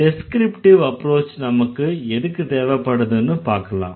descriptive approach நமக்கு எதுக்கு தேவைப்படுதுன்னு பாக்கலாம்